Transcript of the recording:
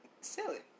silly